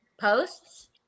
posts